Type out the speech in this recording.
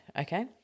okay